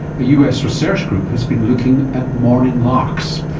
a us research group has been looking at morning larks.